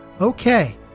Okay